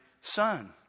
son